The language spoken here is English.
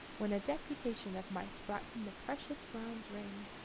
when a deputation of mice brought him the precious bronze ring.